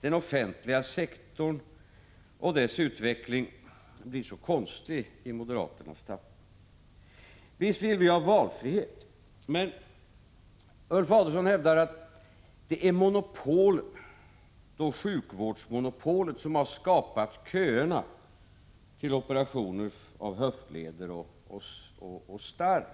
den offentliga sektorn och dess utveckling blir så konstig i moderaternas tappning. Visst vill vi ha valfrihet. Men Ulf Adelsohn hävdar att det är sjukvårdsmonopolet som har skapat köerna till operationer av höftleder och starr.